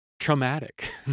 traumatic